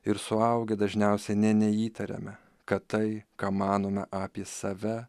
ir suaugę dažniausiai nė neįtariame kad tai ką manome apie save